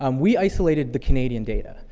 um we isolated the canadian data.